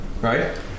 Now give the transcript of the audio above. right